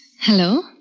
Hello